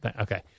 Okay